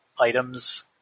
items